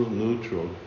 neutral